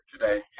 today